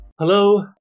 Hello